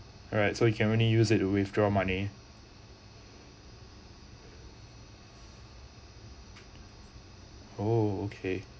alright so you can only use it to withdraw money oh okay